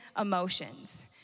emotions